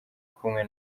kumwe